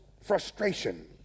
frustration